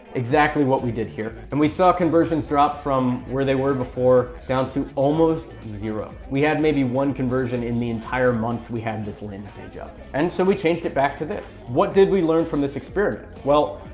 exactly what we did here. and we saw conversions drop from where they were before down to almost zero. we had maybe one conversion in the entire month we had and this landing page up. and so we changed it back to this. what did we learn from this experiment? well,